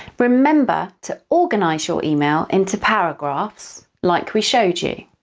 remember to organise your email into paragraphs, like we showed you.